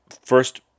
first